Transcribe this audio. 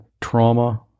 trauma